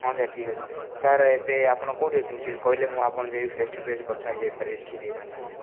ହଁ ସାର୍ ଠିକ୍ ଅଛି ସାର୍ ଏବେ ଆପଣ କେଉଁଠି ଅଛନ୍ତି ସେଇଠି କହିଲେ ମୁଁ ଆପଣ ଯାଇକି ଫେସ୍ ଟୁ ଫେସ୍ କଥା ହେଇଯାଇପାରିବି ଠିକ୍ ହେଇଥାନ୍ତା